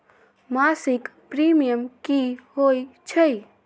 मासिक प्रीमियम की होई छई?